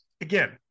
again